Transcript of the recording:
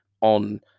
on